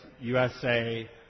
USA